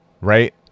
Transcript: right